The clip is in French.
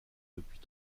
depuis